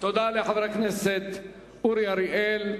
תודה לחבר הכנסת אורי אריאל.